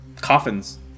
coffins